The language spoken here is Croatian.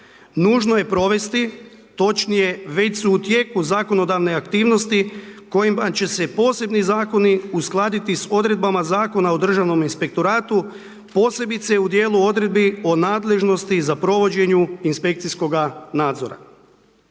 Nužno je provesti, točnije, već su tijeku zakonodavne aktivnosti kojima će se posebni zakoni uskladiti s odredbama Zakona o Državnom inspektoratu posebice u dijelu odredbi o nadležnosti za provođenje inspekcijskoga nadzora.